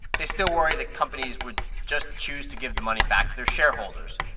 they still worry that companies would just choose to give the money back to their shareholders.